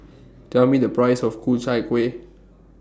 Tell Me The Price of Ku Chai Kueh